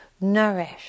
nourish